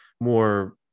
more